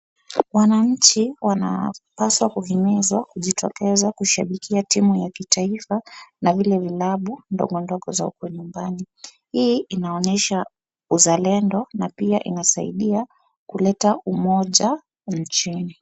Wananchi wanapaswa kuhimizwa kujitokeza kushabikia timu ya kitaifa na vile vilabu ndogondogo za nyumbani. Hii inaonesha uzalendo na pia inasaidia kuleta umoja nchini.